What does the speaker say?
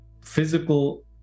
physical